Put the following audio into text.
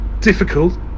Difficult